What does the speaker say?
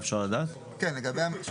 לגבי המחשוב.